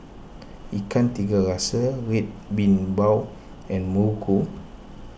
Ikan Tiga Rasa Red Bean Bao and Muruku